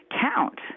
count